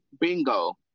bingo